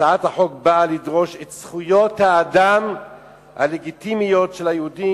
הצעת החוק באה לדרוש את זכויות האדם הלגיטימיות של היהודים